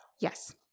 Yes